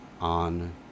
on